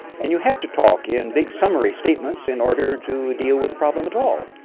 and you have to talk in big summary statements in order to deal with the problem at all.